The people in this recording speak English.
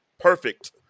perfect